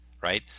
right